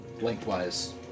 Lengthwise